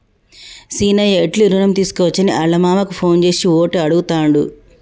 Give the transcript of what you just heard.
సీనయ్య ఎట్లి రుణం తీసుకోవచ్చని ఆళ్ళ మామకు ఫోన్ చేసి ఓటే అడుగుతాండు